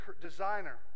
Designer